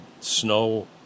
Snow